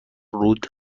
رود